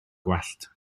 gwallt